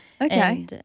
Okay